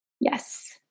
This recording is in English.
Yes